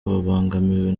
babangamiwe